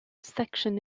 section